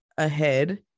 ahead